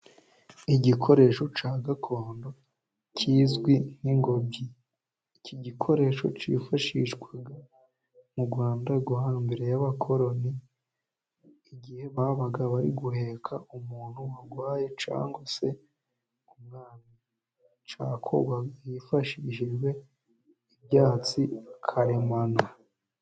Igikoresho cya gakondo kizwi nk'ingobyi. Iki gikoresho cyifashishwaga mu rwanda rwo hambere y'abakoroni, igihe babaga bari guheka umuntu warwaye cangwa se umwami. Ikorwa hifashishijwe ibyatsi karemano.